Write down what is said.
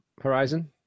horizon